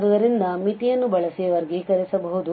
ಆದ್ದರಿಂದ ಮಿತಿಯನ್ನು ಬಳಸಿ ವರ್ಗೀಕರಿಸಬಹುದು